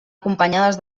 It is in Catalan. acompanyades